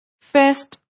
First